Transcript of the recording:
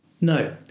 No